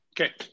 okay